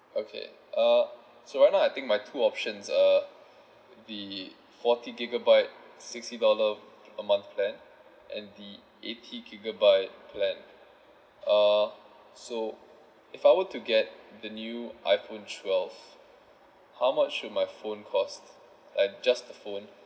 okay uh so right now I think my two options are the forty gigabyte sixty dollar a month plan and the eighty gigabyte plan uh so if I were to get the new iphone twelve how much will my phone cost uh just the phone